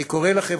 אני קורא לכם,